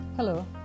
Hello